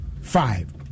five